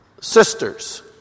sisters